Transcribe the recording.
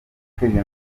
yakorewe